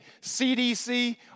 CDC